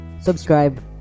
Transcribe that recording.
subscribe